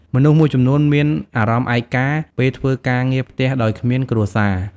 មនុស្សមួយចំំនួនមានអារម្មណ៍ឯកា ពេលធ្វើការងារផ្ទះដោយគ្មានគ្រួសារ។